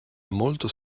molto